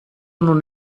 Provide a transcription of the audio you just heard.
non